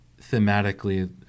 thematically